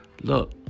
look